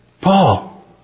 Paul